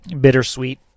bittersweet